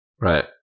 Right